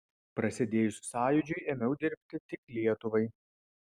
prasidėjus sąjūdžiui ėmiau dirbti tik lietuvai